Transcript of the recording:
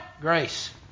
Grace